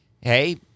hey